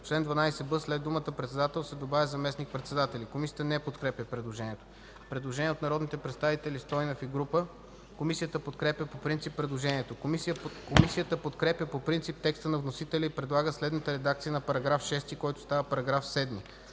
В чл. 12б след думата „председател” се добавя „заместник-председатели”.” Комисията не подкрепя предложението. Предложение от народните представители Стойнев и група. Комисията подкрепя по принцип предложението. Комисията подкрепя по принцип текста на вносителя и предлага следната редакция на § 6, който става § 7: „§ 7.